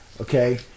Okay